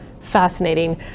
fascinating